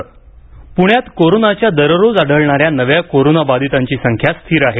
प्ण्यात कोरोनाच्या दररोज आढळणाऱ्या नव्या कोरोनाबाधितांची संख्या स्थिर आहे